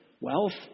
wealth